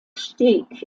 steg